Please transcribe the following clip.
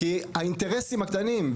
והאינטרסים הקטנים,